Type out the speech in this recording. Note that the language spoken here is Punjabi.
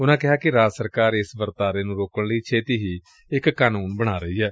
ਉਨੂਾਂ ਕਿਹਾ ਕਿ ਰਾਜ ਸਰਕਾਰ ਇਸ ਵਰਤਾਰੇ ਨੂੰ ਰੋਕਣ ਲਈ ਛੇਡੀ ਹੀ ਇਕ ਕਾਨੂੰਨ ਬਣਾ ਰਹੀ ਏ